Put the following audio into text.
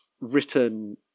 written